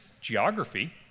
geography